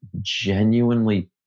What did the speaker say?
genuinely